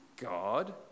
God